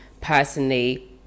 personally